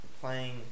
playing